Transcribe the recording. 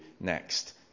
next